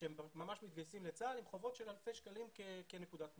שהם ממש מתגייסים לצה"ל עם חובות של אלפי שקלים כנקודת מוצא.